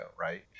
right